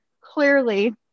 clearly